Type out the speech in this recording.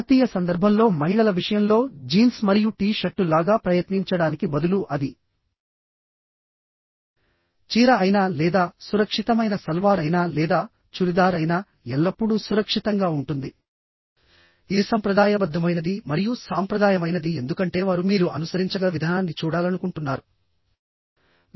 భారతీయ సందర్భంలో మహిళల విషయంలో జీన్స్ మరియు టీ షర్టు లాగా ప్రయత్నించడానికి బదులు అది చీర అయినా లేదా సురక్షితమైన సల్వార్ అయినా లేదా చురిదార్ అయినా ఎల్లప్పుడూ సురక్షితంగా ఉంటుందిఇది సంప్రదాయబద్ధమైనది మరియు సాంప్రదాయమైనది ఎందుకంటే వారు మీరు అనుసరించగల విధానాన్ని చూడాలనుకుంటున్నారు